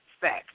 fact